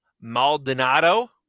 Maldonado